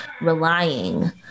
relying